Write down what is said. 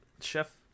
chef